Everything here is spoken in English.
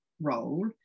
role